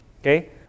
okay